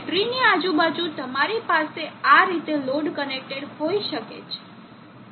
બેટરીની આજુબાજુ તમારી પાસે આ રીતે લોડ કનેક્ટેડ હોઈ શકે છે